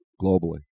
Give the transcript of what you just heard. globally